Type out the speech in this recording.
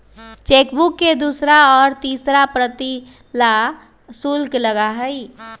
chequebook के दूसरा और तीसरा प्रति ला शुल्क लगा हई